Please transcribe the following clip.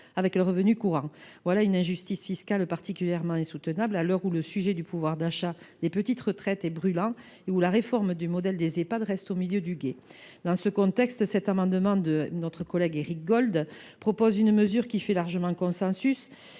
avec leur revenu courant. Voilà une injustice fiscale particulièrement insoutenable à l’heure où le sujet du pouvoir d’achat des petites retraites est brûlant et où la réforme du modèle des Ehpad reste au milieu du gué. Dans ce contexte, cet amendement de notre collègue Éric Gold vise à introduire une mesure qui fait largement consensus.